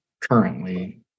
currently